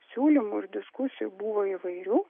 siūlymų ir diskusijų buvo įvairių